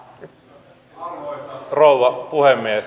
arvoisa rouva puhemies